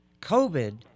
COVID